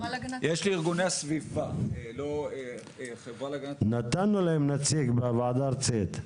יש לארגוני הסביבה --- נתנו להם נציג בוועדה הארצית.